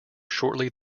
shortly